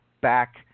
back